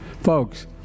Folks